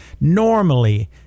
Normally